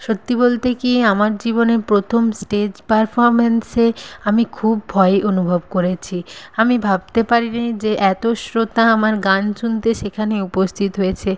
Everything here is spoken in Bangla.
সত্যি বলতে কী আমার জীবনে প্রথম স্টেজ পারফরমেন্সে আমি খুব ভয় অনুভব করেছি আমি ভাবতে পারি নি যে এতো শ্রোতা আমার গান শুনতে সেখানে উপস্থিত হয়েছে